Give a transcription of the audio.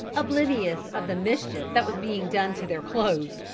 oblivious of the mischief that was being done to their clothes,